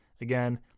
Again